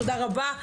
תודה רבה.